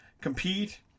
compete